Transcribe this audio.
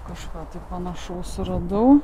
kažką panašaus suradau